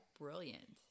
brilliant